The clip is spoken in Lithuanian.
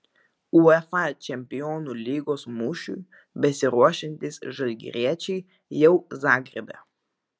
uefa čempionų lygos mūšiui besiruošiantys žalgiriečiai jau zagrebe